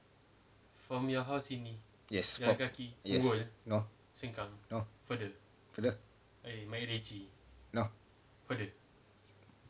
yes yes no no further no